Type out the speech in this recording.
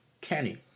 Kenny